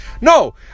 No